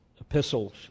epistles